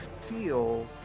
feel